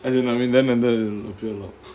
as in I mean then and then it's okay lor